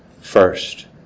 first